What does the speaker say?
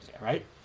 right